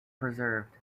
preserved